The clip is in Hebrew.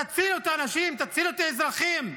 תצילו את האנשים, תצילו את האזרחים,